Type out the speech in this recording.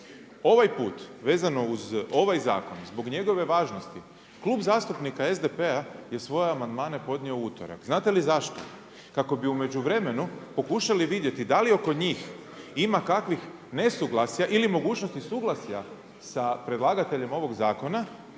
Ovaj put, vezano uz ovaj zakon, zbog njegove važnosti, Klub zastupnika SDP-a je svoje amandmane podnio u utorak. Znate li zašto? Kako bi u međuvremenu pokušali vidjeti da li oko njih ima kakvih nesuglasja ili mogućnosti suglasja sa predlagateljem ovog zakona,